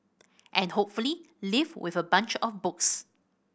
and hopefully leave with a bunch of books